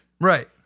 Right